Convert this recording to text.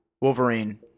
Wolverine